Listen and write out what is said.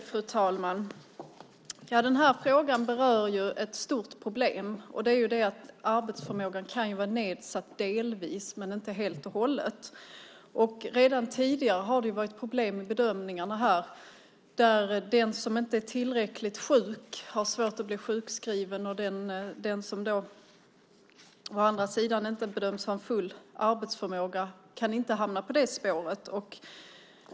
Fru talman! Den här frågan berör ett stort problem. Arbetsförmågan kan vara nedsatt delvis men inte helt och hållet. Redan tidigare har det varit problem med bedömningarna här. Den som inte är tillräckligt sjuk har svårt att bli sjukskriven, medan den som å andra sidan inte bedöms ha full arbetsförmåga inte kan hamna på det spåret.